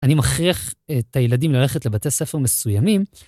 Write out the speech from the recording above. אני מכריח את הילדים ללכת לבתי ספר מסוימים.